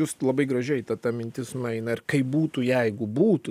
jūs labai gražiai ta ta mintis nueina ir kaip būtų jeigu būtų